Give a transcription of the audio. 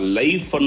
life